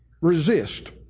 resist